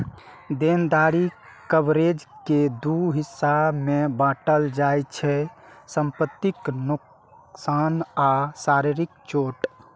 देनदारी कवरेज कें दू हिस्सा मे बांटल जाइ छै, संपत्तिक नोकसान आ शारीरिक चोट